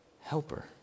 helper